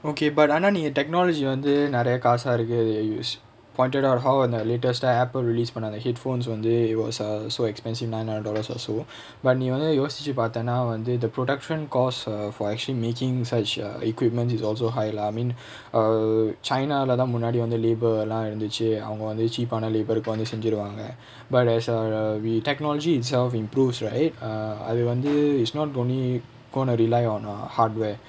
okay but ஆனா நீங்க:aanaa neenga technology ah வந்து நிறைய காசா இருக்கு அதுயே:vanthu niraiya kaasaa irukku athuyae use pointed out how uh அந்த:antha latest ah Apple released பண்ண அந்த:panna antha headphones வந்து:vanthu it was so expensive nine hundred dollars or so but நீ வந்து யோசிச்சு பாத்தேனா வந்து இந்த:nee vanthu yosichu paathaenaa vanthu intha production cost err for actually making such a equipment is also high lah I mean err china leh தா முன்னாடி வந்து:thaa munnaadi vanthu labour lah இருந்துச்சு அவங்க வந்து:irunthuchu avanga vanthu cheap ஆனா:aanaa labour கு வந்து செஞ்சிருவாங்க:ku vanthu senjiruvaanga but as err we technology itself improves right err அது வந்து:athu vanthu it's not only gonna rely on hardware